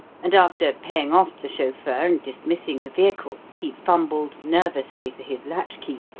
and, after paying off the chauffeur and dismissing the vehicle, he fumbled nervously for his latchkey,